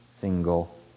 single